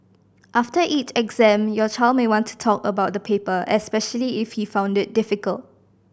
after each exam your child may want to talk about the paper especially if he found it difficult